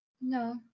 No